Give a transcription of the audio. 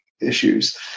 issues